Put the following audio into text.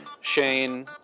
Shane